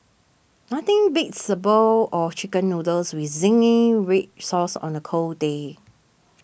nothing beats a bowl of Chicken Noodles with Zingy Red Sauce on a cold day